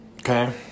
okay